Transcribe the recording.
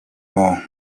more